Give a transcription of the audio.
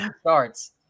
starts